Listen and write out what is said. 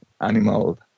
animal